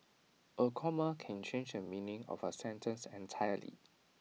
A comma can change the meaning of A sentence entirely